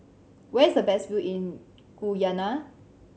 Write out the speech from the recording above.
where is the best view in Guyana